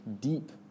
deep